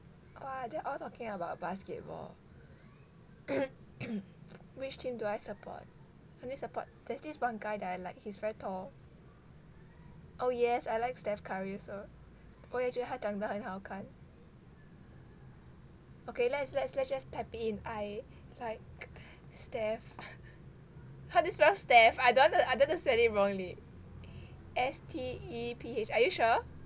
!wah! they all talking about basketball which team do I support only support there's this one guy that I like he's very tall oh yes I like steph curry also 我也觉得他长得很好看 okay let's let's let's let's just type it in I like steph how do you spell steph I don't wa~ I don't want to spell it wrongly S T E P H are you sure